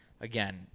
again